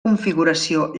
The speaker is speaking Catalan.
configuració